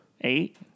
Eight